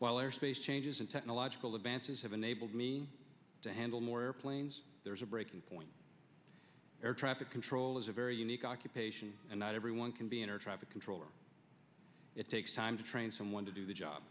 while airspace changes and technological advances have enabled me to handle more airplanes there's a breaking point air traffic control is a very unique occupation and not everyone can be in or traffic controller it takes time to train someone to do the job